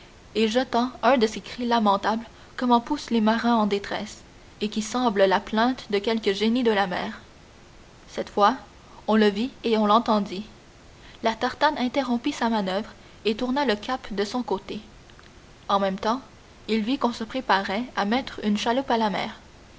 et jetant un de ces cris lamentables comme en poussent les marins en détresse et qui semblent la plainte de quelque génie de la mer cette fois on le vit et on l'entendit la tartane interrompit sa manoeuvre et tourna le cap de son côté en même temps il vit qu'on se préparait à mettre une chaloupe à la mer